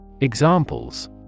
Examples